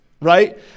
right